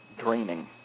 draining